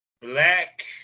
Black